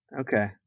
Okay